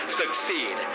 succeed